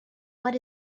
what